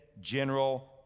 general